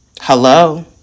Hello